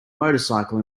motorcycle